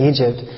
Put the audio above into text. Egypt